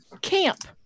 camp